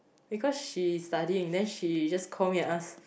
because she's studying then she just call me and ask